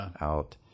out